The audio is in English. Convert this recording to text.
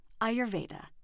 Ayurveda